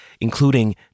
including